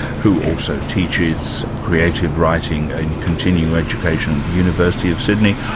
who also teaches creative writing in continuing education at the university of sydney,